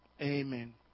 amen